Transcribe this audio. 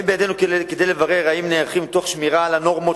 אין בידינו לברר אם הם נערכים תוך שמירה על הנורמות